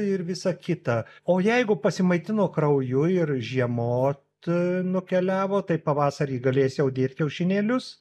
ir visa kita o jeigu pasimaitino krauju ir žiemot nukeliavo tai pavasarį galės jau dėt kiaušinėlius